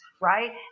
right